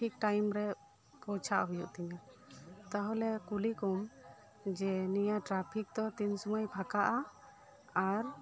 ᱴᱷᱤᱠ ᱴᱟᱭᱤᱢ ᱨᱮ ᱯᱚᱸᱣᱪᱷᱟᱜ ᱦᱩᱭᱩᱜ ᱛᱤᱧᱟ ᱛᱟᱦᱚᱞᱮ ᱠᱩᱞᱤ ᱠᱚᱢ ᱡᱮ ᱱᱤᱭᱟᱹ ᱴᱨᱟᱯᱷᱤᱠ ᱫᱚ ᱛᱤᱱ ᱥᱩᱢᱟᱹᱭ ᱯᱷᱟᱸᱠᱟᱜᱼᱟ ᱟᱨ